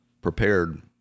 prepared